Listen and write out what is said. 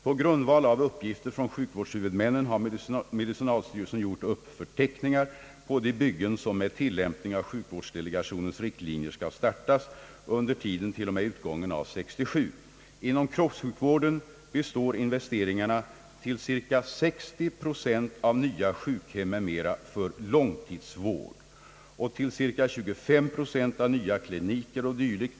På grund av uppgifter från sjukvårdens huvudmän har medicinalstyrelsen gjort upp förteckningar på de byggen som med tillämpning av sjukvårdsdelegationens riktlinjer skall startas under tiden fram till utgången av 1967. Inom kroppssjukvården består investeringarna till cirka 60 procent av nya sjukhem m.m. för långtidsvård, cirka 25 procent av nya kliniker o. dyl.